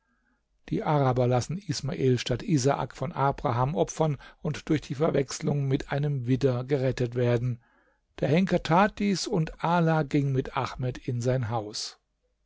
die araber lassen ismael statt isaak von abraham opfern und durch die verwechslung mit einem widder gerettet werden der henker tat dies und ala ging mit ahmed in sein haus